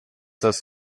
das